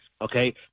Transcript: Okay